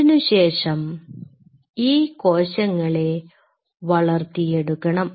അതിനുശേഷം ഈ കോശങ്ങളെ വളർത്തിയെടുക്കണം